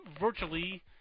virtually